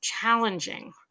Challenging